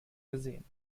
gesehen